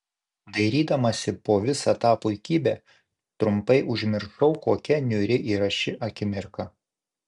dairydamasi po visą tą puikybę trumpai užmiršau kokia niūri yra ši akimirka